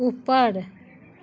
उपर